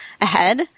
ahead